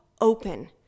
open